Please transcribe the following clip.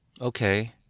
Okay